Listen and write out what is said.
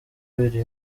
biri